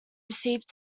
received